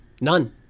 None